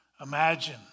Imagine